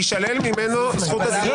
תישלל ממנו זכות הדיבור.